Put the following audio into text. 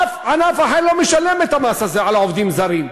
אף ענף אחר לא משלם את המס הזה על העובדים הזרים.